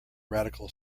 radical